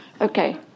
okay